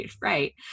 right